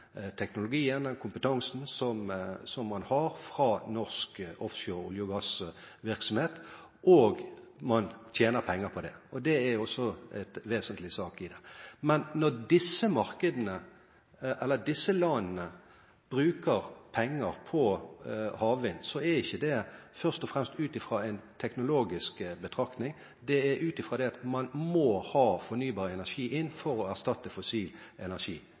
teknologien og den kompetansen som man har fra norsk offshore-, olje- og gassvirksomhet, og man tjener penger på det. Det er også en vesentlig sak i det. Men når disse landene bruker penger på havvind, er ikke det først og fremst ut fra en teknologisk betraktning. Det er ut fra at man må ha fornybar energi inn for å erstatte fossil energi.